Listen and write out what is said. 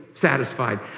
satisfied